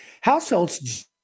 Households